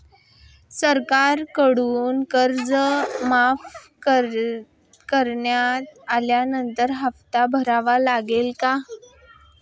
सरकारकडून कर्ज माफ करण्यात आल्यानंतर हप्ता भरावा लागेल का?